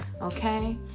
okay